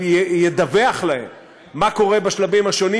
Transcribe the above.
ידווח להן מה קורה בשלבים השונים,